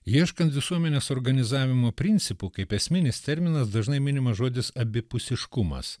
ieškant visuomenės organizavimo principų kaip esminis terminas dažnai minimas žodis abipusiškumas